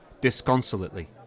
disconsolately